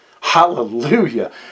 hallelujah